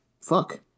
fuck